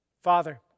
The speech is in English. Father